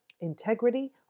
Integrity